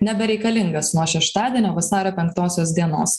nebereikalingas nuo šeštadienio vasario penktosios dienos